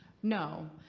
no.